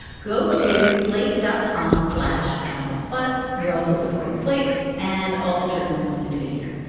go to slate, dot com slash annika's. plus you're also supporting slate and all the journalism we do here.